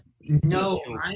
No